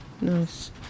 nice